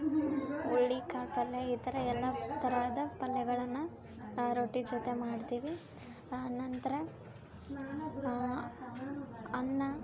ಹುರುಳಿ ಕಾಳು ಪಲ್ಯ ಈ ಥರ ಎಲ್ಲಾ ತರಹದ ಪಲ್ಯಗಳನ್ನ ರೊಟ್ಟಿ ಜೊತೆ ಮಾಡ್ತೀವಿ ಅನಂತರ ಅನ್ನ